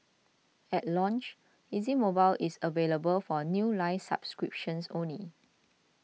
at launch Easy Mobile is available for new line subscriptions only